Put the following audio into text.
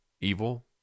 evil